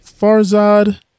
Farzad